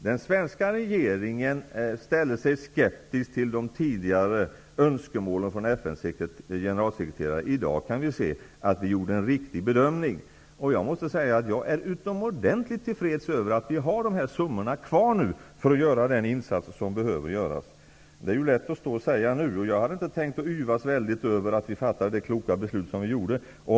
Den svenska regeringen ställde sig skeptisk till de tidigare önskemålen från FN:s generalsekreterare. I dag kan vi se att vi gjorde en riktig bedömning. Jag är utomordentligt till freds över att dessa summor finns kvar för att användas till de insatser som behöver göras. Det är ju lätt att säga nu, men jag hade inte tänkt att yvas över att vi fattade det kloka beslut som vi gjorde.